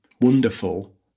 wonderful